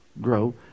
grow